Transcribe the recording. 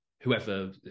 whoever